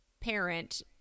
parent